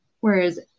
Whereas